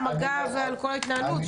על מג"ב ועל כל ההתנהלות.